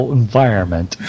environment